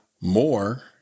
more